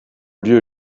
lieu